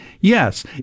Yes